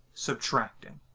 subtracting.